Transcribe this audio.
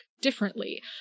differently